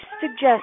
suggest